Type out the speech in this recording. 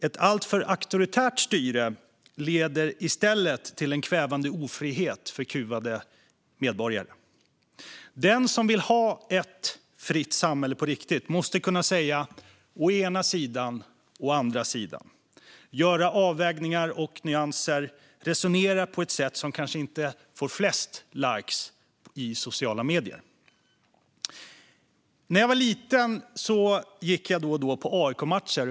Ett alltför auktoritärt styre leder i stället till en kvävande ofrihet för kuvade medborgare. Den som vill ha ett fritt samhälle på riktigt måste kunna säga "å ena sidan" och "å andra sidan", göra avvägningar, se nyanser och resonera på ett sätt som kanske inte får flest likes i sociala medier. När jag var liten gick jag då och då på AIK-matcher.